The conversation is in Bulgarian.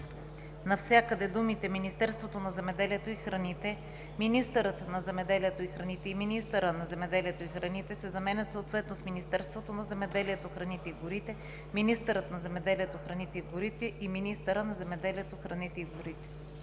навсякъде думите „Министерството на земеделието и храните“, „министърът на земеделието и храните“ и „министъра на земеделието и храните“ се заменят съответно с „Министерството на земеделието, храните и горите“, „министърът на земеделието, храните и горите“ и „министъра на земеделието, храните и горите“.“